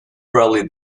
probably